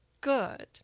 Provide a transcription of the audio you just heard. Good